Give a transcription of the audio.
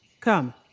Come